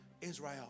Israel